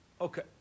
Okay